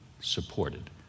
supported